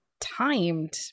timed